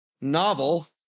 novel